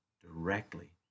directly